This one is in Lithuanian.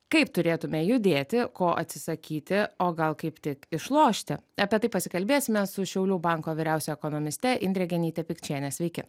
kaip turėtume judėti ko atsisakyti o gal kaip tik išlošti apie tai pasikalbėsime su šiaulių banko vyriausiaja ekonomiste indre genyte pikčiene sveiki